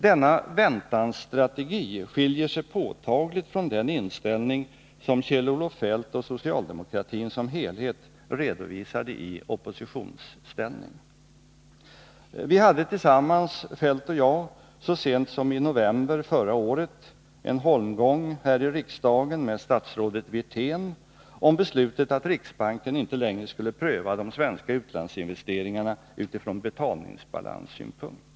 Denna väntansstrategi skiljer sig påtagligt från den inställning som Kjell-Olof Feldt och socialdemokratin som helhet redovisade i oppositionsställning. Vi hade tillsammans, Feldt och jag, så sent som i november förra året en holmgång här i riksdagen med statsrådet Wirtén om beslutet att riksbanken inte längre skulle pröva de svenska utlandsinvesteringarna utifrån betalningsbalanssynpunkt.